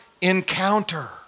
encounter